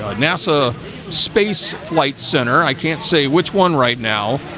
ah nasa space flight center, i can't say which one right now,